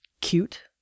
cute